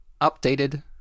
updated